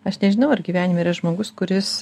aš nežinau ar gyvenime yra žmogus kuris